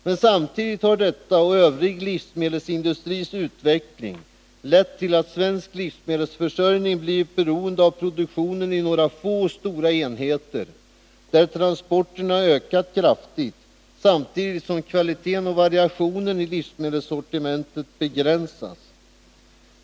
Men samtidigt har detta och övrig livsmedelsindustris utveckling lett till att svensk livsmedelsförsörjning blivit beroende av produktionen i några få stora enheter där transporterna ökat kraftigt samtidigt som kvaliteten och variationen i livsmedelssortimentet begränsats.